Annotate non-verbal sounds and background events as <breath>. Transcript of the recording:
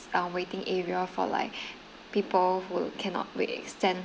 our waiting area for like <breath> people who cannot wait stand